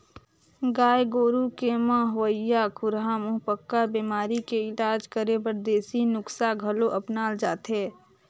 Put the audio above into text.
गाय गोरु के म होवइया खुरहा मुहंपका बेमारी के इलाज करे बर देसी नुक्सा घलो अपनाल जाथे